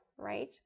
right